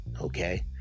Okay